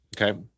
Okay